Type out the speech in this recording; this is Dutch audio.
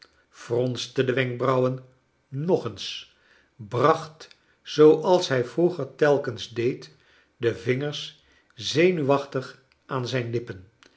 fronste de wenkbrauwen nog eens lracht zooals hij vroeger telkens deed de vingers zenuwachtig aan zijn lippen